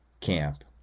camp